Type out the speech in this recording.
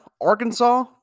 Arkansas